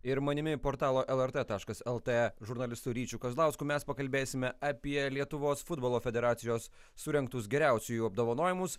ir manimi portalo lrt taškas lt žurnalistu ryčiu kazlausku mes pakalbėsime apie lietuvos futbolo federacijos surengtus geriausiųjų apdovanojimus